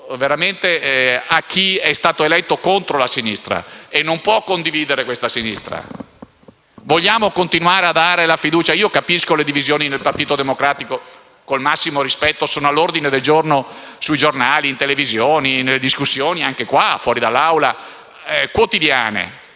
veramente a chi è stato eletto contro la sinistra e che non può condividere questa sinistra: vogliamo continuare a dare la fiducia? Io capisco che le divisioni del Partito Democratico - con il massimo rispetto - sono all'ordine del giorno sui giornali, in televisione e nelle discussioni quotidiane fuori da quest'Aula, ma